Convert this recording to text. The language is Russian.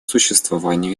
существованию